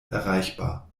erreichbar